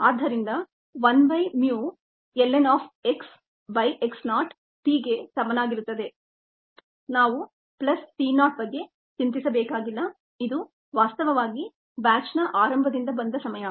ಆದ್ದರಿಂದ 1 by mu ln of x by x not t ಗೆ ಸಮನಾಗಿರುತ್ತದೆ ನಾವು ಪ್ಲಸ್ t ನಾಟ್ ಬಗ್ಗೆ ಚಿಂತಿಸಬೇಕಾಗಿಲ್ಲ ಇದು ವಾಸ್ತವವಾಗಿ ಬ್ಯಾಚ್ನ ಆರಂಭದಿಂದ ಬಂದ ಸಮಯ